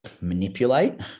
manipulate